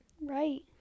right